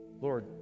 Lord